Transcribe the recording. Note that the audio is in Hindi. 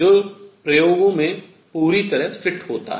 जो प्रयोगों में पूरी तरह फिट होता है